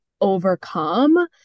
overcome